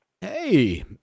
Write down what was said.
Hey